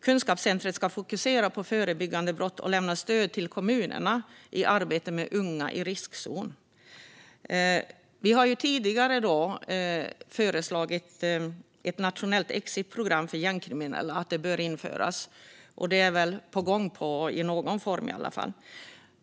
Kunskapscentret ska fokusera på brottsförebyggande och lämna stöd till kommunerna i arbetet med unga i riskzonen. Vi har tidigare föreslagit att ett nationellt exitprogram för gängkriminella ska införas, och det är på gång i någon form.